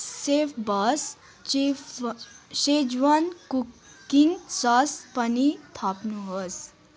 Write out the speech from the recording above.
सेफबोस चिफ Schezwan cooking sauce पनि थप्नुहोस्